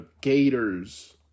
Gators